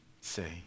say